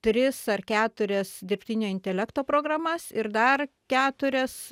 tris ar keturias dirbtinio intelekto programas ir dar keturias